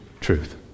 Truth